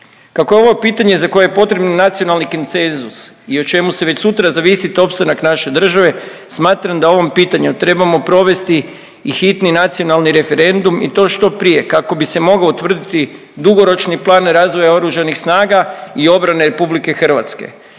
Kako je ovo pitanje za koje je potrebno nacionalni konsenzus i o čemu će već sutra zavisit opstanak naše države, smatram da o ovom pitanju trebamo provesti i hitni nacionalni referendum i to što prije kako bi se mogao utvrditi dugoročni plan razvoja Oružanih snaga i obrane RH.